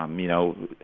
um you know,